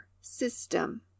System